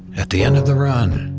at the end of the run.